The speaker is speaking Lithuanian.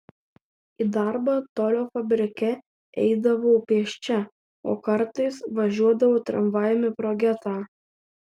į darbą tolio fabrike eidavau pėsčia o kartais važiuodavau tramvajumi pro getą